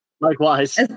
likewise